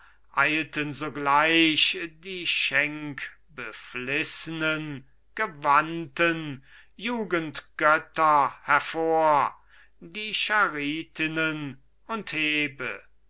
eilten sogleich die schenkbefliss'nen gewandten jugendgötter hervor die charitinnen und hebe